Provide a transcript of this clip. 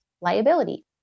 liability